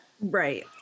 right